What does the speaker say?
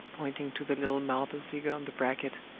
pointing to the little marble figure on the bracket,